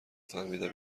فهمیدم